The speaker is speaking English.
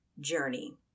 journey